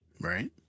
Right